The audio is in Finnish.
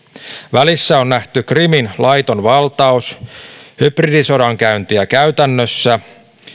välissä on nähty krimin laiton valtaus hybridisodankäyntiä käytännössä